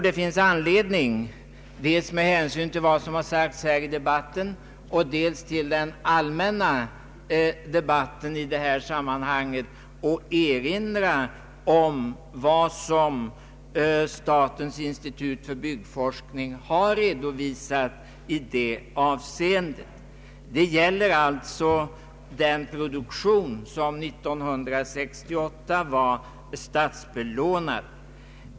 Det finns anledning dels med hänsyn till vad som sagts här i dag, dels med hänsyn till den allmänna debatten i detta sammanhang att erinra om vad statens institut för byggnadsforskning har redovisat i detta avseende om den produktion som 1968 var statsbelånad.